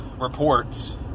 reports